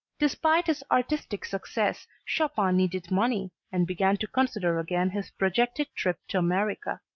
despite his artistic success chopin needed money and began to consider again his projected trip to america.